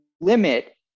limit